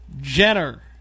Jenner